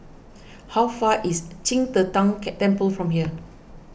how far away is Qing De Tang Temple from here